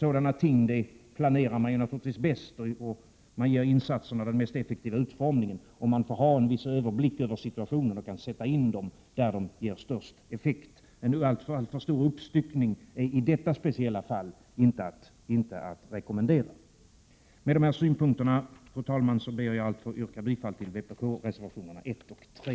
Man planerar sådana ting bäst och man ger insatserna den mest effektiva utformningen om man får ha en viss överblick över situationen och kan sätta in åtgärderna där de ger störst effekt. En alltför stor uppstyckning är i detta speciella fall inte att rekommendera. Med dessa synpunkter, fru talman, ber jag att få yrka bifall till vpkreservationerna 1 och 3.